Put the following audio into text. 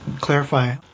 clarify